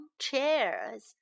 chairs